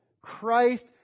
Christ